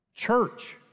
Church